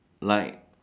like